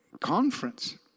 conference